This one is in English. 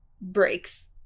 breaks